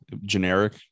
generic